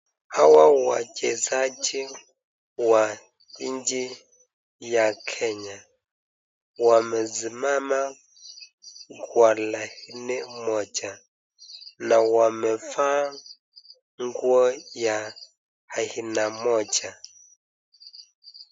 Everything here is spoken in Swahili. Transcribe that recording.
Hawa wachezaji wa nchi ya Kenya wamesimama kwa laini moja na wamevaa nguo ya aina moja.